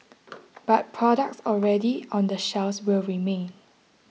but products already on the shelves will remain